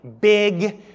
big